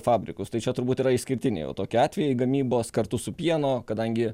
fabrikus tai čia turbūt yra išskirtiniai jau tokie atvejai gamybos kartu su pieno kadangi